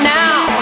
now